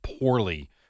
poorly